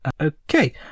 Okay